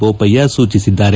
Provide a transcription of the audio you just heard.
ಬೋಪಯ್ಯ ಸೂಚಿಸಿದ್ದಾರೆ